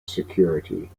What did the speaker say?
security